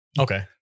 Okay